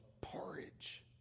porridge